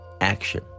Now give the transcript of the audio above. action